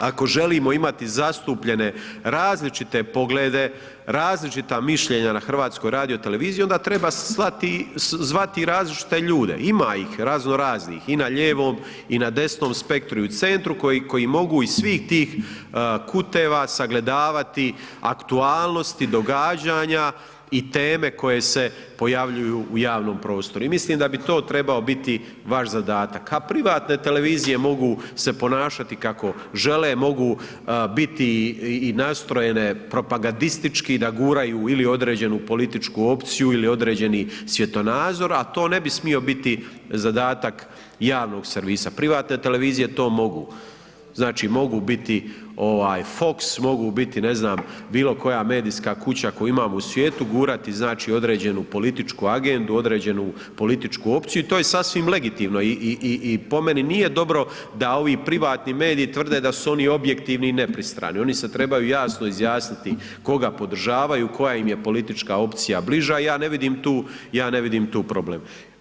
Ako želimo imati zastupljene različite poglede, različita mišljenja na HRT-u onda treba se zvati i različite ljude, ima ih razno raznih i na ljevom i na desnom spektru i u centru koji mogu iz svih tih kuteva sagledavati aktualnosti, događanja i teme koje se pojavljuju u javnom prostoru i mislim da bi to trebao biti vaš zadatak, a privatne televizije mogu se ponašati kako žele, mogu biti i nastrojene propagadistički da guraju ili određenu političku opciju ili određeni svjetonazor, a to ne bi smio biti zadatak javnog servisa, privatne televizije to mogu, znači mogu biti ovaj FOX, mogu biti ne znam bilo koja medijska kuća koju imamo u svijetu, gurati znači određenu političku agendu, određenu političku opciju i to je sasvim legitimno i, i, i, i po meni nije dobro da ovi privatni mediji tvrde da su oni objektivni i nepristrani, oni se trebaju jasno izjasniti koga podržavaju, koja im je politička opcija bliža, ja ne vidim tu, ja ne vidim tu problem.